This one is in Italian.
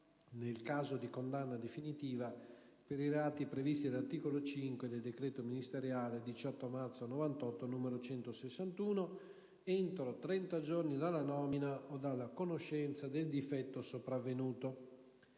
nel caso di condanna definitiva per i reati previsti dall'articolo 5 del decreto ministeriale 18 marzo 1998, n. 161, entro 30 giorni dalla nomina o dalla conoscenza del difetto sopravvenuto.